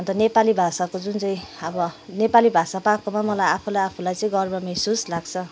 अन्त नेपाली भाषाको जुन चाहिँ अब नेपाली भाषा पाएकोमा मलाई आफूलाई आफुलाई चाहिँ गर्व महसुस लाग्छ